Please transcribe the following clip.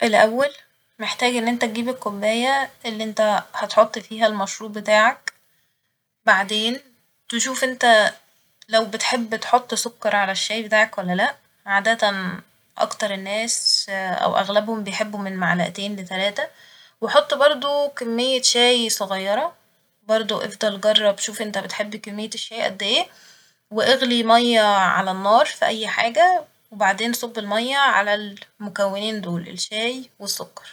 الأول محتاج إن إنت تجيب الكوباية اللي إنت هتحط فيها المشروب بتاعك ، بعدين تشوف إنت لو بتحب تحط سكر على الشاي بتاعك ولا لأ ، عادة أكتر الناس أو أغلبهم بيحبوا من معلقتين لتلاتة وحط برضه كمية شاي صغيرة ، برضه افضل جرب شوف انت بتحب كمية الشاي قد ايه ، واغلي مية على النار ف أي حاجة وبعدين صب المية على المكونين دول الشاي والسكر